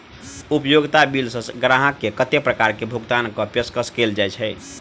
उपयोगिता बिल सऽ ग्राहक केँ कत्ते प्रकार केँ भुगतान कऽ पेशकश कैल जाय छै?